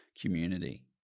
community